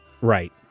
Right